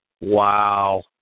Wow